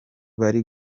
bari